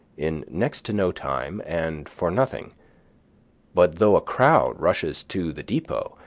in next to no time, and for nothing but though a crowd rushes to the depot,